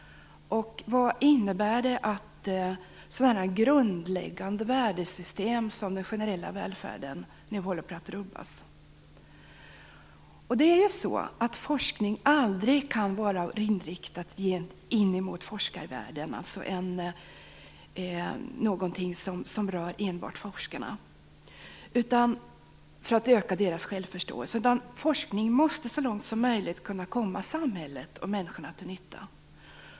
Vad innebär det att så grundläggande värdesystem som den generella välfärden nu håller på att rubbas? Forskning kan aldrig vara riktad mot forskarvärlden. Den kan aldrig vara något som enbart rör forskarna för att öka deras självförståelse, utan måste så långt det är möjligt kunna vara samhället och människorna till nytta.